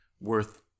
worth